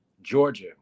Georgia